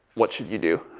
what should you do?